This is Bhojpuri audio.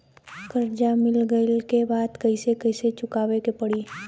कर्जा मिल गईला के बाद कैसे कैसे चुकावे के पड़ी?